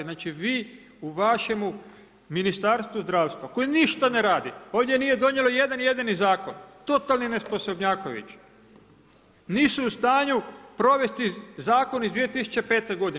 Znači, vi u vašemu Ministarstvu zdravstva koje ništa ne radi, ovdje nije donijelo jedan-jedini zakon, totalni nesposobnjakovići, nisu u stanju provesti Zakon iz 2005. godine.